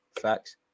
Facts